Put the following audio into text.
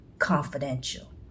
Confidential